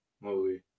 movie